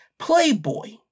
Playboy